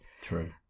true